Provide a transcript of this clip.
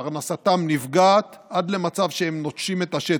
פרנסתם נפגעת עד למצב שהם נוטשים את השטח.